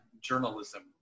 journalism